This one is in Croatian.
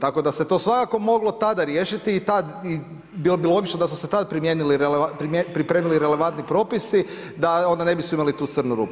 Tako da se to svakako moglo tada riješiti i bilo bi logično da su se tada pripremili relevantni propisi, da onda ne bismo imali tu crnu rupu.